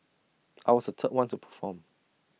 I was the third one to perform